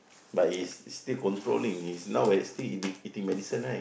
but he's still controlling he's now still eat eating medicine right